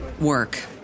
work